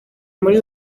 muri